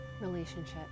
relationship